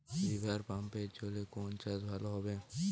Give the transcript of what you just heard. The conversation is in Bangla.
রিভারপাম্পের জলে কোন চাষ ভালো হবে?